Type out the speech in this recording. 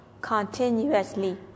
continuously